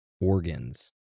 organs